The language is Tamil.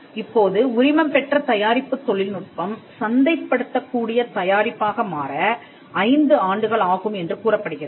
இப்போது உரிமம் பெற்ற தயாரிப்புத் தொழில்நுட்பம் சந்தைப்படுத்தக் கூடிய தயாரிப்பாக மாற 5 ஆண்டுகள் ஆகும் என்று கூறப்படுகிறது